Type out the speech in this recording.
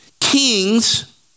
kings